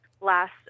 Last